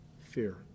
fear